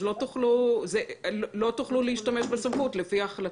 אז לא תוכלו להשתמש בסמכות לפי ההחלטה.